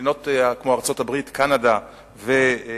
ממדינות כמו ארצות-הברית, קנדה ובריטניה,